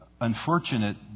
Unfortunate